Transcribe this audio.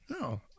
no